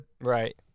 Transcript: Right